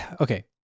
Okay